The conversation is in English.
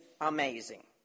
amazing